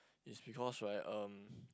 is because right um